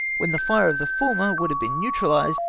when the fire of the former would have been neutrahsed,